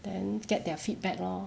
then get their feedback lor